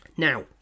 Now